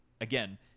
Again